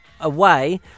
away